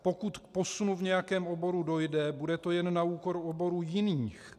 Pokud k posunu v nějakém oboru dojde, bude to jen na úkor oborů jiných.